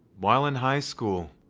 while in high school,